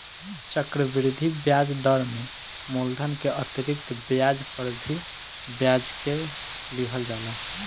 चक्रवृद्धि ब्याज दर में मूलधन के अतिरिक्त ब्याज पर भी ब्याज के लिहल जाला